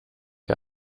der